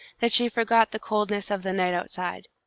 that she forgot the coldness of the night outside.